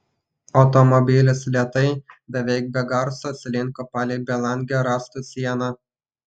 automobilis lėtai beveik be garso slinko palei belangę rąstų sieną